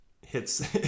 hits